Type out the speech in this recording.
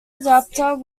adapter